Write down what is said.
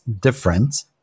different